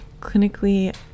Clinically